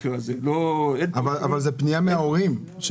אבל זו פנייה מההורים.